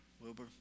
Wilbur